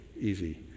easy